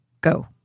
Go